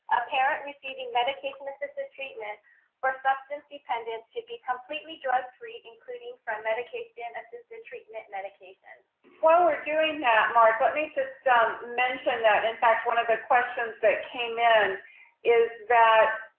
a parent receiving medication-assisted treatment for substance dependence should be completely drug-free, including from medication-assisted treatment medication. nancy while we're doing that, mark, let me just mention that, in fact, one of the questions that came in is that